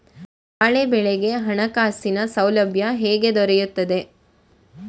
ಬಾಳೆ ಬೆಳೆಗೆ ಹಣಕಾಸಿನ ಸೌಲಭ್ಯ ಹೇಗೆ ದೊರೆಯುತ್ತದೆ?